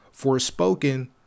Forspoken